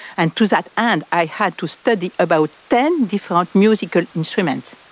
and to that end i had to study about ten different musical instruments.